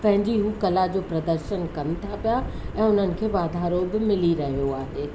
हू पंहिंजी कला जो प्रदर्शन कनि था पिया ऐं हुननि खे वाधारो बि मिली रहियो आहे